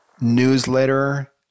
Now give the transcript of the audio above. newsletter